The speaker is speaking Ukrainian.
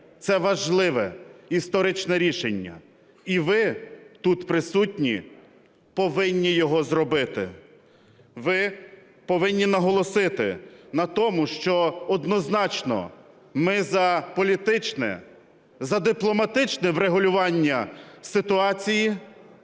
Це важливе історичне рішення і ви, тут присутні, повинні його зробити. Ви повинні наголосити на тому, що однозначно ми – за політичне, за дипломатичне врегулювання ситуації